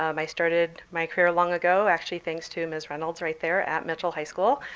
um i started my career long ago, actually thanks to ms. reynolds right there at mitchell high school.